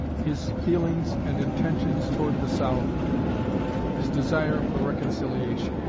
his feelings and intentions toward the south his desire for reconciliation